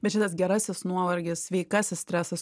bet šitas gerasis nuovargis sveikasis stresas